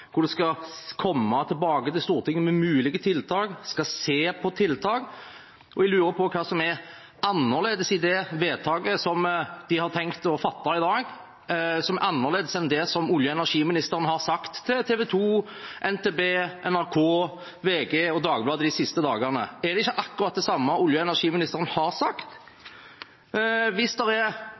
hvor en skal komme tilbake til Stortinget med mulige tiltak, en skal se på tiltak. Jeg lurer på hva i det vedtaket de har tenkt å fatte i dag, som er annerledes enn det olje- og energiministeren har sagt til TV 2, NTB, NRK, VG og Dagbladet de siste dagene. Er det ikke akkurat det samme olje- og energiministeren har sagt? Hvis det er